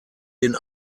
den